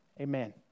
Amen